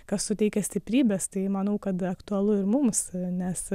kas suteikia stiprybės tai manau kad aktualu ir mums nes